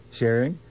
sharing